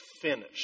finish